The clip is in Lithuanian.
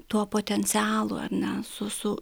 tuo potencialu ar ne su su